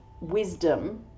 wisdom